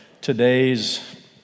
today's